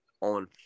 on